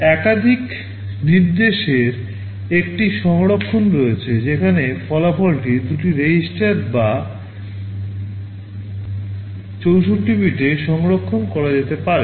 একাধিক নির্দেশের একটি সংস্করণ রয়েছে যেখানে ফলাফলটি দুটি রেজিস্টার বা 64 বিটে সংরক্ষণ করা যেতে পারে